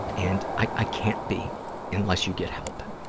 and i can't be unless you get help.